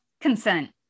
consent